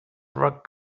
rock